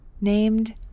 Named